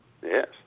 yes